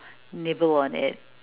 nibble on it